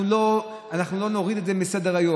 אנחנו לא נוריד את זה מסדר-היום.